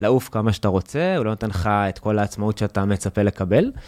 לעוף כמה שאתה רוצה, הוא לא נותן לך את כל העצמאות שאתה מצפה לקבל.